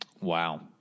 Wow